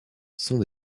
sont